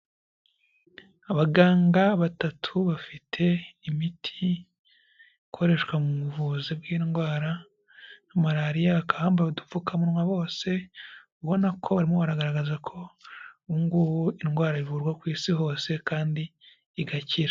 Abaganga batatu bafite imiti ikoreshwa mu buvuzi bw'indwara nka malariya bakaba bambaye udupfukamunwa bose, ubona ko barimo bagaragaza ko ubu ngubu indwara ivurwa ku Isi hose kandi igakira.